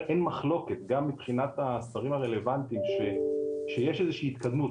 אין מחלוקת גם מבחינת השרים הרלוונטיים שיש איזושהי התקדמות,